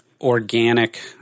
organic